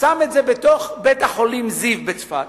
שם את זה בתוך בית-החולים צפת,